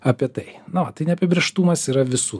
apie tai na va tai neapibrėžtumas yra visų